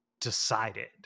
decided